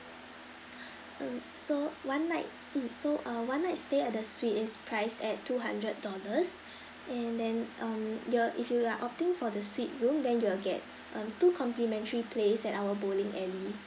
uh so one night mm so uh one night stay at the suite is priced at two hundred dollars and then um your if you are opting for the suite room then you will get um two complimentary place at our bowling alley